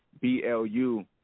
B-L-U